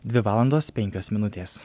dvi valandos penkios minutės